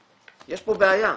יש פה בעיה,